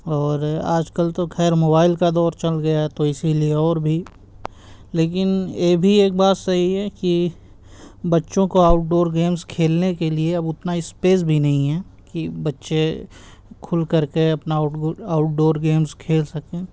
اور آج کل تو خیر موبائل کا دور چل گیا ہے تو اسی لیے اور بھی لیکن یہ بھی ایک بات صحیح ہے کہ بچوں کو آؤٹ ڈور گیمس کھیلنے کے لیے اب اتنا اسپیس بھی نہیں ہے کہ بچّے کھل کر کے اپنا آؤٹ آؤٹ ڈور گیمس کھیل سکیں